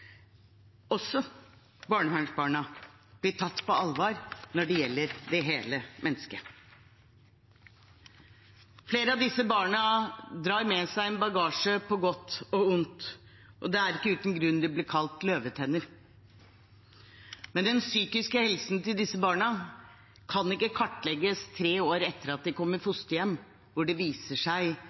også barnevernsbarna, blir tatt på alvor når det gjelder det hele mennesket. Flere av disse barna drar med seg en bagasje på godt og ondt, og det er ikke uten grunn de blir kalt løvetenner. Men den psykiske helsen til disse barna kan ikke kartlegges tre år etter at de kom i fosterhjem, når det viser seg